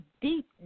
deep